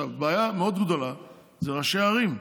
בעיה מאוד גדולה זה ראשי ערים.